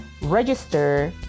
register